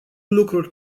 lucrurile